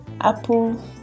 Apple